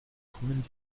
kommen